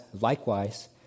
likewise